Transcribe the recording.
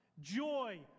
Joy